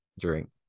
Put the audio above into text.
drink